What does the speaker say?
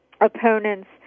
opponents